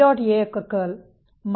A